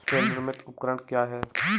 स्वनिर्मित उपकरण क्या है?